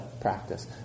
practice